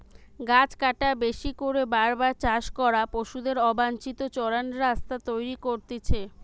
গাছ কাটা, বেশি করে বার বার চাষ করা, পশুদের অবাঞ্চিত চরান রাস্তা তৈরী করতিছে